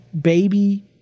baby